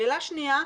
שאלה שנייה,